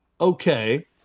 Okay